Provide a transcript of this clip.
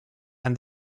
and